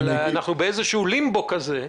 אבל אנחנו באיזשהו לימבו כזה.